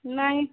ନାଇଁ